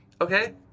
Okay